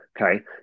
Okay